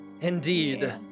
Indeed